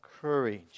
courage